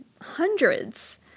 hundreds